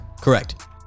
Correct